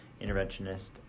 Interventionist